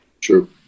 True